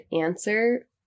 answer